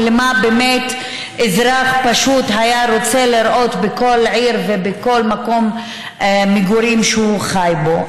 מה באמת אזרח פשוט היה רוצה לראות בכל עיר ובכל מקום מגורים שהוא חי בו.